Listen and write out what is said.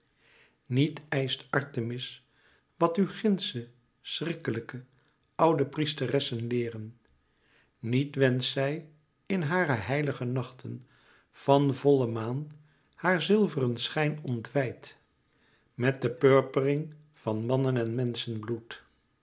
niet eischt artemis wat u gindsche schriklijke oude priesteressen leeren niet wenscht zij in hare heilige nachten van volle maan haar zilveren schijn ontwijd met de purpering van mannen en